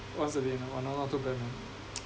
once a day !wah! now not too bad mah